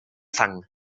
fang